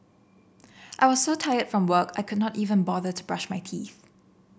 I was so tired from work I could not even bother to brush my teeth